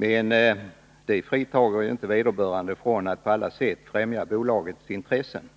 Men det fritager inte vederbörande från att på alla sätt främja bolagets intressen.